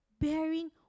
bearing